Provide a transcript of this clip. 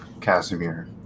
Casimir